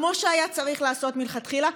כמו שהיה צריך לעשות מלכתחילה,